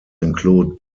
include